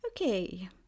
okay